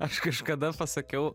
aš kažkada pasakiau